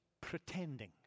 pretending